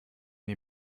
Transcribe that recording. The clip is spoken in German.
die